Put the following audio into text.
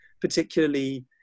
particularly